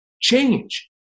Change